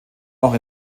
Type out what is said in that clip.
noch